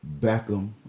Beckham